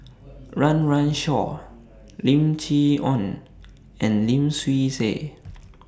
Run Run Shaw Lim Chee Onn and Lim Swee Say